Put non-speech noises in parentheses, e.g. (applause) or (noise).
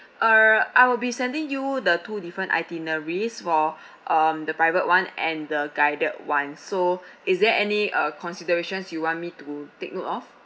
uh I will be sending you the two different itineraries for (breath) um the private [one] and the guided [one] so (breath) is there any uh considerations you want me to take note of